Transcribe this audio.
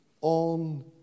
on